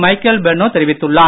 Michael Benno தெரிவித்துள்ளார்